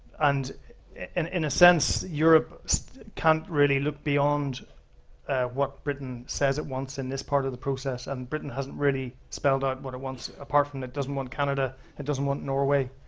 and and in a sense, europe can't really look beyond what britain says it wants in this part of the process. and britain hasn't really spelled out what it wants apart from, it doesn't want canada, it doesn't want norway.